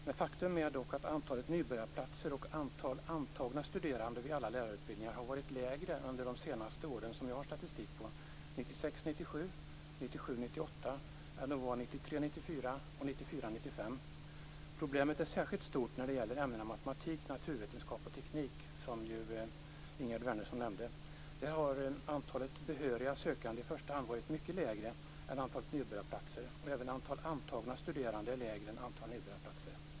Men faktum är att antalet nybörjarplatser och antalet antagna vid alla lärarutbildningar har varit mindre under de senaste åren som jag har statistik på Problemet är särskilt stort när det gäller ämnena matematik, naturvetenskap och teknik, som Ingegerd Wärnersson nämnde. Antalet behöriga sökande har i första hand varit mycket mindre än antalet nybörjarplatser. Även antalet antagna studerande är mindre än antalet nybörjarplatser.